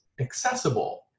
accessible